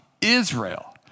Israel